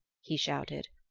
he shouted.